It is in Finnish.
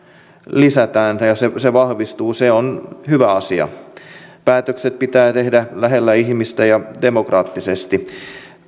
lisätään ja se vahvistuu on hyvä asia päätökset pitää tehdä lähellä ihmistä ja demokraattisesti